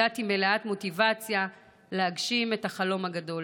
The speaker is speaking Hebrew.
הגעתי מלאת מוטיבציה להגשים את החלום הגדול.